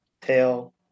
tail